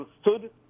stood